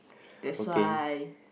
that's why